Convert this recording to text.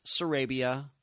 Sarabia